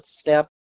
step